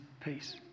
peace